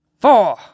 Four